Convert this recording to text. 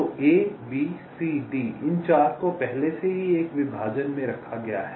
तो A B C D इन 4 को पहले से ही एक विभाजन में रखा गया है